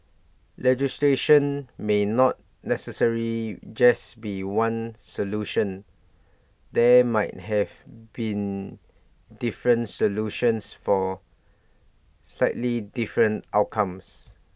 legislation may not necessary just be one solution there might have been different solutions for slightly different outcomes